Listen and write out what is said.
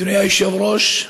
אדוני היושב-ראש,